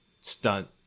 stunt